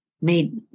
made